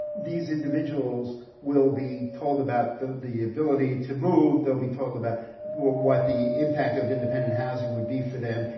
these individuals will be told about the the ability to move, they'll be told about what the impact of independent housing would be for them.